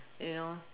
you know